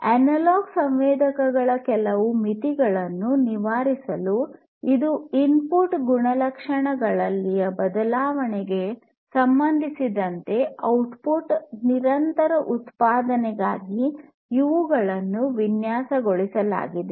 analogue ಸಂವೇದಕಗಳ ಕೆಲವು ಮಿತಿಗಳನ್ನು ನಿವಾರಿಸಲು ಇದು ಇನ್ಪುಟ್ ಗುಣಲಕ್ಷಣಗಳಲ್ಲಿನ ಬದಲಾವಣೆಗಳಿಗೆ ಸಂಬಂಧಿಸಿದಂತೆ ಔಟ್ಪುಟ್ ನಿರಂತರ ಉತ್ಪಾದನೆಗಾಗಿ ಇವುಗಳನ್ನು ವಿನ್ಯಾಸಗೊಳಿಸಲಾಗಿದೆ